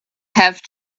have